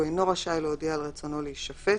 הוא אינו רשאי להודיע על רצונו להישפט